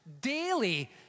daily